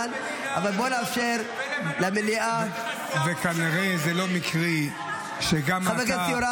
המדינה ולמנות ליצן חסר ניסיון ------ חברי הכנסת,